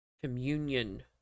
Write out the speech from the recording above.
communion